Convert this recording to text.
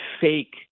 fake